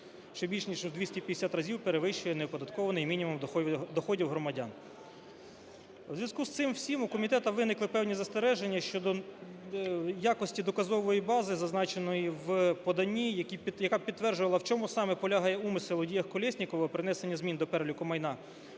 що більше ніж у 250 разів перевищує неоподаткований мінімум доходів громадян. У зв'язку з цим всім у комітеті виникли певні застереження щодо якості доказової бази, зазначеної у поданні, яка підтверджувала, в чому саме полягає умисел у діях Колєснікова при внесенні змін до переліку майна,